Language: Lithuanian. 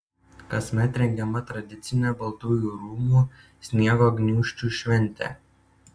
kasmet rengiama tradicinė baltųjų rūmų sniego gniūžčių šventė